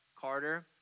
Carter